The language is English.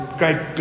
great